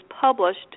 published